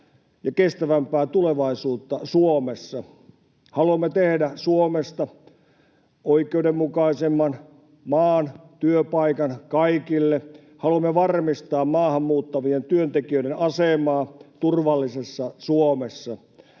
ja kestävämpää tulevaisuutta Suomessa. Haluamme tehdä Suomesta oikeudenmukaisemman maan, haluamme työpaikan kaikille, haluamme varmistaa maahan muuttavien työntekijöiden asemaa turvallisessa Suomessa.